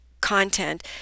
content